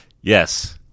Yes